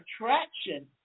attraction